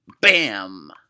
BAM